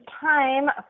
time